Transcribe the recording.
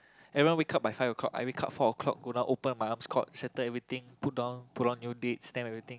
everyone wake up by five o-clock I wake up four o-clock go down open my armskote settle everything put down put on new dates stamp everything